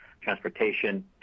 transportation